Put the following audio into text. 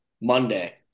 monday